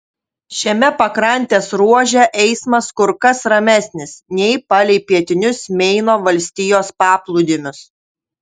šiame pakrantės ruože eismas kur kas ramesnis nei palei pietinius meino valstijos paplūdimius